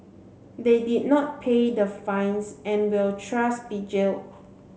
they did not pay the fines and will trust be jailed